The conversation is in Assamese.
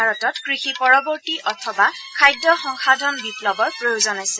ভাৰতত কৃষি পৰৱৰ্তী অথবা খাদ্য সংশাধন বিপ্লৱৰ প্ৰয়োজন হৈছে